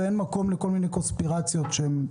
ואין מקום לכל מיני קונספירציות שהן,